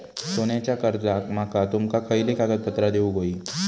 सोन्याच्या कर्जाक माका तुमका खयली कागदपत्रा देऊक व्हयी?